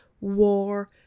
War